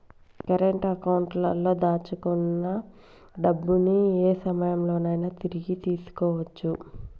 current అకౌంట్లో దాచుకున్న డబ్బుని యే సమయంలోనైనా తిరిగి తీసుకోవచ్చు